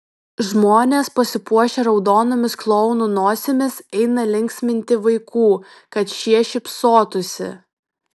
žmonės pasipuošę raudonomis klounų nosimis eina linksminti vaikų kad šie šypsotųsi